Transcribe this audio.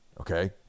okay